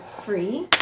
three